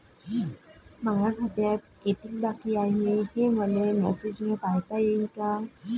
माया खात्यात कितीक बाकी हाय, हे मले मेसेजन पायता येईन का?